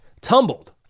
tumbled